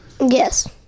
Yes